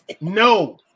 no